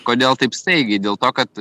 kodėl taip staigiai dėl to kad